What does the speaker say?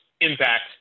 impact